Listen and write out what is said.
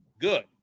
Good